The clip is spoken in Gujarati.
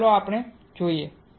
તો ચાલો આપણે જોઈએ